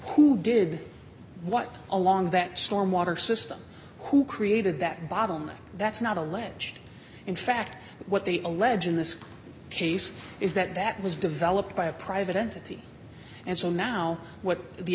who did what along that storm water system who created that bottom that's not alleged in fact what they allege in this case is that that was developed by a private entity and so now what the